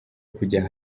kujya